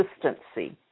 consistency